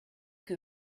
que